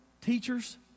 teachers